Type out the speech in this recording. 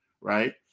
right